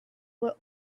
were